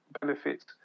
benefits